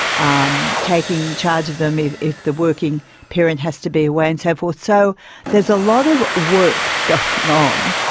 um taking charge of them if if the working parent has to be away and so forth. so there's a lot of work going on,